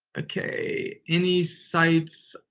okay. any sites. oh,